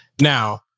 Now